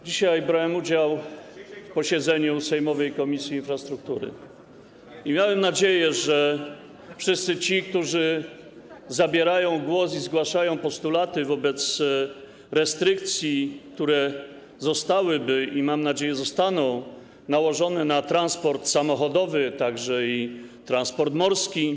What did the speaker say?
Dzisiaj brałem udział w posiedzeniu sejmowej Komisji Infrastruktury i miałem nadzieję, że wszyscy ci, którzy zabierają głos i zgłaszają postulaty w sprawie restrykcji, które zostałyby i tak, zostaną nałożone na transport samochodowy, także transport morski.